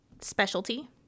specialty